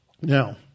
Now